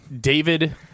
David